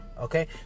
okay